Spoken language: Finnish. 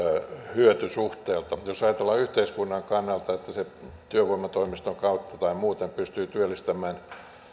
hyötysuhteelta jos ajatellaan yhteiskunnan kannalta että se työvoimatoimiston kautta tai muuten pystyy työllistämään